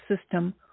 system